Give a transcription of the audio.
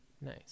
Nice